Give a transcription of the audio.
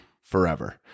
forever